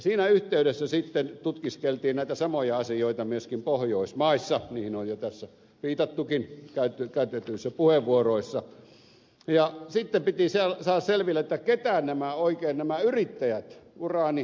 siinä yhteydessä sitten tutkiskeltiin näitä samoja asioita myöskin pohjoismaissa mihin on jo tässä viitattukin käytetyissä puheenvuoroissa ja sitten piti saada selville keitä oikein nämä yrittäjät uraanikaivosyrittäjätahot ovat